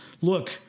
look